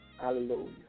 Hallelujah